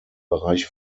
bereich